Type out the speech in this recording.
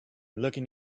looking